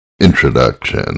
Introduction